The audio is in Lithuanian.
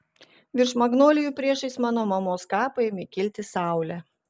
virš magnolijų priešais mano mamos kapą ėmė kilti saulė